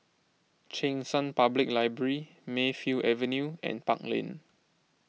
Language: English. Cheng San Public Library Mayfield Avenue and Park Lane